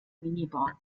minibar